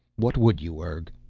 what would you, urg?